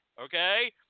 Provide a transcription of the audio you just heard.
okay